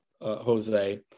Jose